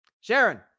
Sharon